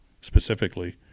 specifically